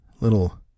little